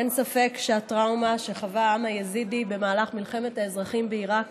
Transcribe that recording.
אין ספק שהטראומה שחווה העם היזידי במהלך מלחמת האזרחים בעיראק